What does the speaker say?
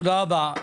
תודה רבה.